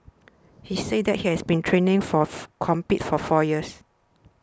he said that has been training fourth compete for four years